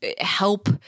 help